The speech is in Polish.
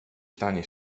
stanie